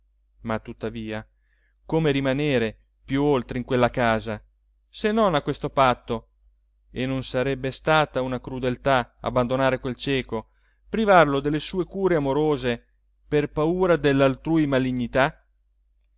ma tuttavia come rimanere più oltre in quella casa se non a questo patto e non sarebbe stata una crudeltà abbandonare quel cieco privarlo delle sue cure amorose per paura dell'altrui malignità